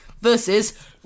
Versus